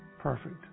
perfect